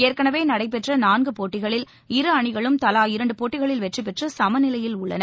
ஏற்கனவே நடைபெற்ற நான்கு போட்டிகளில் இரு அணிகளும் தலா இரு போட்டிகளில் வெற்றிபெற்று சம நிலையில் உள்ளன